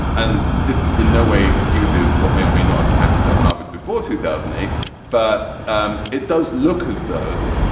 and this in no way excuses what may or may not have happened at harvard before two thousand eight but um it does look as though.